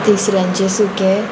तिसऱ्यांचें सुकें